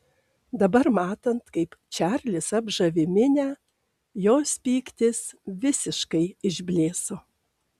dabar matant kaip čarlis apžavi minią jos pyktis visiškai išblėso